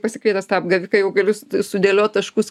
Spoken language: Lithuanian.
pasikvietęs tą apgaviką jau galiu sudėliot taškus